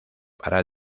para